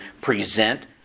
present